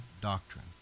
doctrine